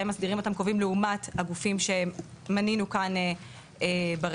מסדירים אותם קובעים לעומת הגופים שמנינו כאן ברשימה.